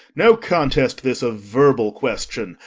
no contest this of verbal question,